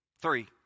three